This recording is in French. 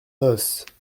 noce